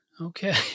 Okay